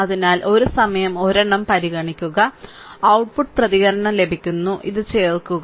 അതിനാൽ ഒരു സമയം ഒരെണ്ണം പരിഗണിക്കുക ഔട്ട്പുട്ട് പ്രതികരണം ലഭിക്കുന്നു ഇത് ചേർക്കുക